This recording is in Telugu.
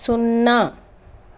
సున్నా